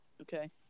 Okay